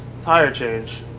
tire change,